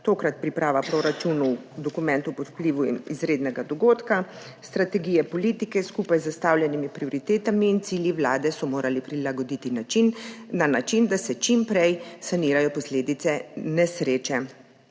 tokrat priprava proračunov v dokumentu pod vplivom izrednega dogodka. Strategije politike skupaj z zastavljenimi prioritetami in cilji vlade so morali prilagoditi na način, da se čim prej sanirajo posledice nesreče.